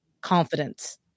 confidence